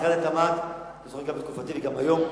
משרד התמ"ת בתקופתי וגם היום,